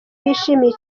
bishimiye